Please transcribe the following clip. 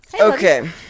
Okay